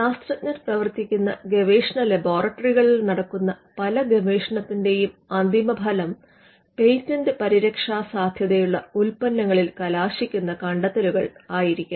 ശാസ്ത്രജ്ഞർ പ്രവർത്തിക്കുന്ന ഗവേഷണ ലബോറട്ടറികളിൽ നടക്കുന്ന പല ഗവേഷണത്തിന്റെയും അന്തിമ ഫലം പേറ്റന്റ് പരിരക്ഷാ സാധ്യതയുള്ള ഉത്പന്നങ്ങളിൽ കലാശിക്കുന്ന കണ്ടെത്തലുകൾ ആയിരിക്കാം